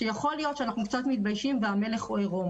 שיכול להיות שאנחנו קצת מתביישים והמלך עירום.